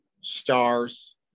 stars